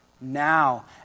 now